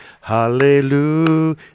hallelujah